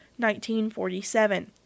1947